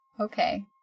Okay